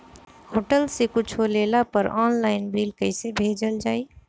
Hotel से कुच्छो लेला पर आनलाइन बिल कैसे भेजल जाइ?